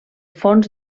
fons